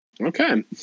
Okay